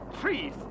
Trees